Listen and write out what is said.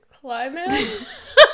climax